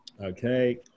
Okay